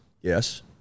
Yes